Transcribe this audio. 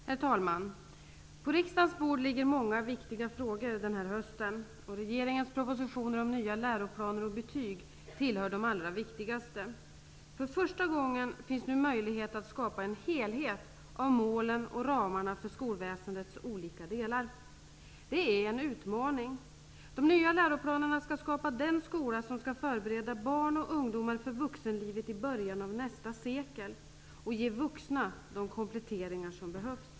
Herr talman! På riksdagens bord ligger många viktiga frågor den här hösten. Regeringens propositioner om nya läroplaner och betyg tillhör de allra viktigaste. För första gången finns nu möjlighet att skapa en helhet av målen och ramarna för skolväsendets olika delar. Det är en utmaning. De nya läroplanerna skall skapa den skola som skall förbereda barn och ungdomar för vuxenlivet i början av nästa sekel och ge vuxna de kompletteringar som behövs.